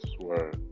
Swear